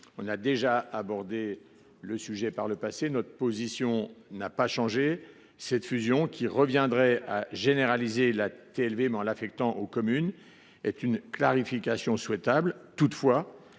avons déjà abordé ce sujet par le passé, et la position de la commission n’a pas changé : cette fusion, qui reviendrait à généraliser la TLV, mais en l’affectant aux communes, est une clarification souhaitable.